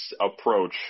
approach